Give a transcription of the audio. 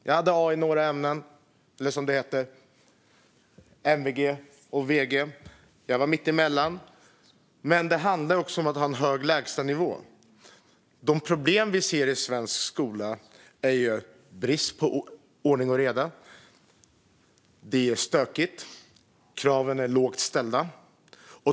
Jag hade A i några ämnen - eller MVG, som det hette då, och VG. Jag var mitt emellan. Men det handlar också om att ha en hög lägstanivå. De problem vi ser i svensk skola handlar om brist på ordning och reda. Det är stökigt. Kraven är lågt ställda.